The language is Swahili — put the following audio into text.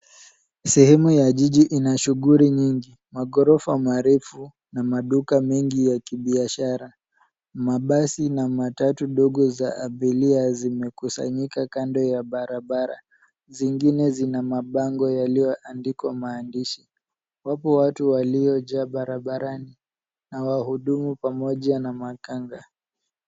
Sehemu ya jiji ina shughuli nyingi. Magorofa marefu na maduka mengi ya kibiashara. Mabasi na matatu ndogo za abiria zimekusanyika kando ya barabara. Zingine zina mabango yaliyoandikwa maandishi. Wapo watu waliojaa barabarani na wahudumu pamoja na makanga.